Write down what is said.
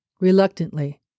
Reluctantly